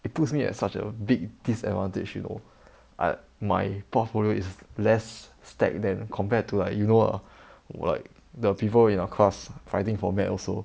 it puts me at such a big disadvantage you know like my portfolio is less stacked than compared to like you know ah like the people in our class fighting for med also